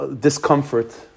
discomfort